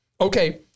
Okay